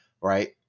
right